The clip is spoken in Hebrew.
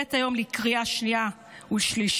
המובאת היום לקריאה שנייה ושלישית.